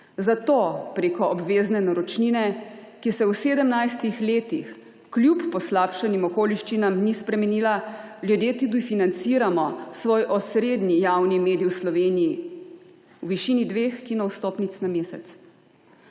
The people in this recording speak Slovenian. Zato preko obvezne naročnine, ki se v 17 letih kljub poslabšanim okoliščinam ni spremenila, ljudje tudi financiramo svoj osrednji javni medij v Sloveniji v višini dveh kino vstopnic na mesec.